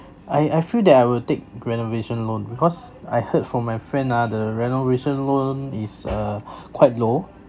I I feel that I will take renovation loan because I heard from my friend ah the renovation loan is uh quite low